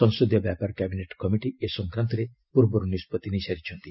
ସଂସଦୀୟ ବ୍ୟାପାର cabinet committee ଏ ସଂକ୍ରାନ୍ତରେ ପୂର୍ବରୁ ନିଷ୍କଭି ନେଇସାରିଛନ୍ତି